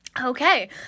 Okay